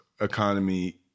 economy